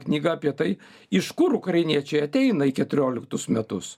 knygą apie tai iš kur ukrainiečiai ateina į keturioliktus metus